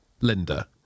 Linda